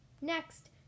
Next